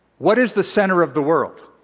what is the center of the world?